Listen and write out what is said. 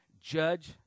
judge